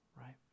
right